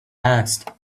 asked